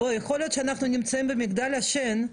יכול להיות שאנחנו נמצאים במגדל שן,